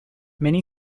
many